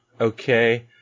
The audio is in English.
Okay